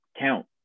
count